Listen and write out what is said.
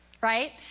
right